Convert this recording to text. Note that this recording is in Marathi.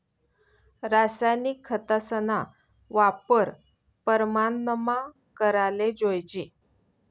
रासायनिक खतस्ना वापर परमानमा कराले जोयजे